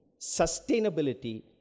sustainability